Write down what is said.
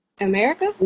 America